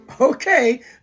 Okay